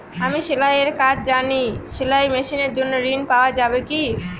আমি সেলাই এর কাজ জানি সেলাই মেশিনের জন্য ঋণ পাওয়া যাবে কি?